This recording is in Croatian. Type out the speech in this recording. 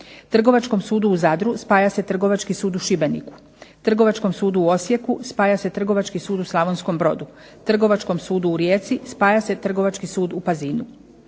Trgovačkom sudu u Zadru spaja se Trgovački sud u Šibeniku. Trgovačkom sudu u Osijeku spaja se Trgovački sud u Slavonskom Brodu. Trgovačkom sudu u Rijeci spaja se Trgovački sud u Pazinu.